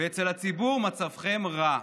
ואצל הציבור מצבכם רע,